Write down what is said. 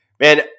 man